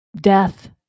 death